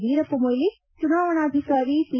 ವೀರಪ್ಪಮೊಯ್ಲಿ ಚುನಾವಣಾಧಿಕಾರಿ ಪಿ